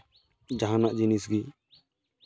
ᱡᱟᱦᱟᱱᱟᱜ ᱡᱤᱱᱤᱥ ᱜᱮ